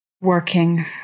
working